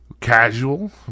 casual